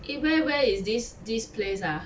eh where where is this this place ah